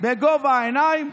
בגובה העיניים.